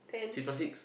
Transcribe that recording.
six plus six